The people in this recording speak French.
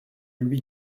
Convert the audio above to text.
lui